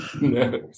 No